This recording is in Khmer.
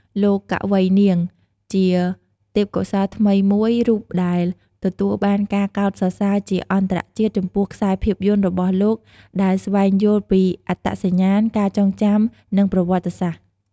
លោក កវី នាង ជាទេពកោសល្យថ្មីមួយរូបដែលទទួលបានការកោតសរសើរជាអន្តរជាតិចំពោះខ្សែភាពយន្តរបស់លោកដែលស្វែងយល់ពីអត្តសញ្ញាណ ការចងចាំ និងប្រវត្តិសាស្ត្រ។